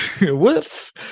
Whoops